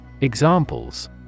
Examples